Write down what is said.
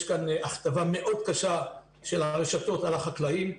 יש כאן הכתבה מאוד קשה של הרשתות על החקלאים.